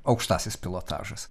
aukštasis pilotažas